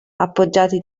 appoggiati